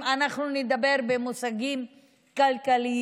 אם אנחנו נדבר במושגים כלכליים.